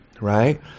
right